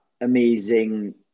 amazing